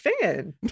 fan